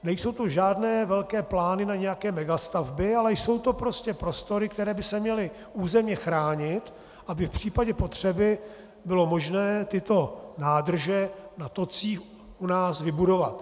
Nejsou to žádné velké plány na nějaké megastavby, ale jsou to prostě prostory, které by se měly územně chránit, aby v případě potřeby bylo možné tyto nádrže na tocích u nás vybudovat.